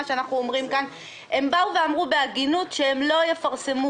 שאנחנו אומרים כאן הם אמרו בהגינות שהם לא יפרסמו